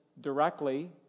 directly